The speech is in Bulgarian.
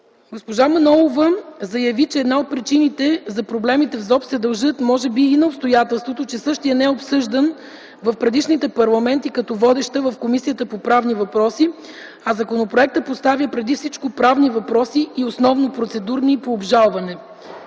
Госпожа Мая Манолова заяви, че една от причините за проблемите в Закона за обществените поръчки се дължи и на обстоятелството, че същият не е обсъждан в предишните парламенти, като водеща е Комисията по правни въпроси, а законопроектът поставя преди всичко правни въпроси и основно процедурни, и по обжалване.